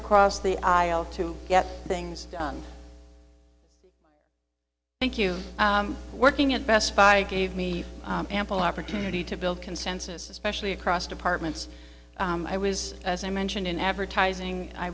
across the aisle to get things done thank you working at best buy gave me ample opportunity to build consensus especially across departments i was as i mentioned in advertising i